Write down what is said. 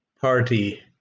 Party